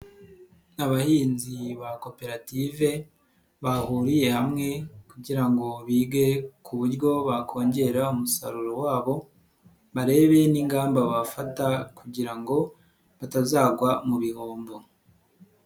Abahinzi ba koperative bahuriye hamwe kugira ngo bige ku buryo bakongera umusaruro wabo, barebe n'ingamba bafata kugira ngo batazagwa mu bihombo.